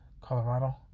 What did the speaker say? Colorado